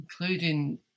including